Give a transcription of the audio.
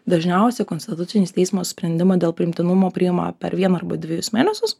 dažniausia konstitucinis teismas sprendimą dėl priimtinumo priima per vieną arba dvejus mėnesius